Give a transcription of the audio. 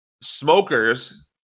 smokers